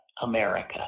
America